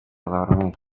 dormir